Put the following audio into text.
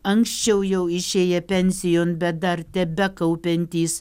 anksčiau jau išėję pensijon bet dar tebekaupiantys